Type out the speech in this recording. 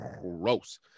gross